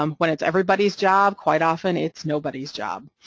um when it's everybody's job, quite often, it's nobody's job.